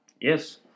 Yes